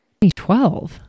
2012